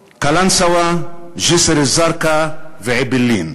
קלנסואה, ג'סר-א-זרקא ואעבלין.